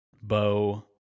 bow